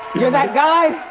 you're that guy?